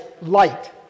light